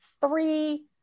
three